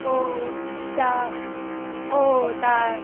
ও তা ও তা